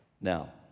Now